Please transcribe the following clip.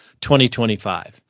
2025